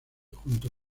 junto